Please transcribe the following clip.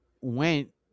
went